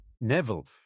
Neville